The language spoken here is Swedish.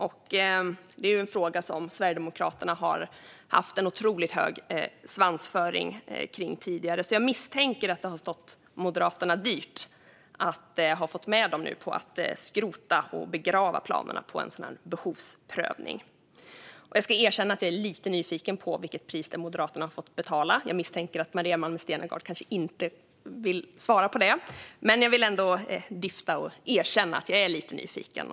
Det här är en fråga som Sverigedemokraterna haft otroligt hög svansföring i tidigare, så jag misstänker att det har stått Moderaterna dyrt att få med dem på att nu skrota och begrava planerna på en sådan behovsprövning. Jag ska erkänna att jag är lite nyfiken på vilket pris Moderaterna fått betala. Jag misstänker att Maria Malmer Stenergard inte vill svara på det, men jag vill ändå erkänna att jag är lite nyfiken.